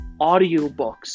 audiobooks